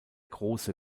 große